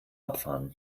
abfahren